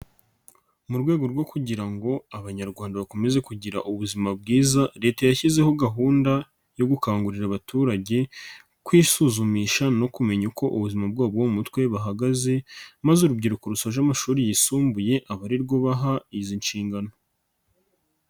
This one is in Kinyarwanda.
Mu rwego rwo kugira ngo Abanyarwanda bakomeze kugira ubuzima bwiza Leta yashyizeho gahunda yo gukangurira abaturage, kwisuzumisha no kumenya uko ubuzima bwabo mu mutwe buhagaze, maze urubyiruko rusoje amashuri yisumbuye aba ari rwo baha izi nshingano.